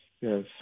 yes